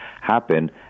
happen